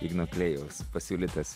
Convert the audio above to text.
igno klėjaus pasiūlytas